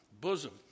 bosom